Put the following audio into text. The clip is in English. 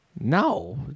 No